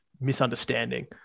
misunderstanding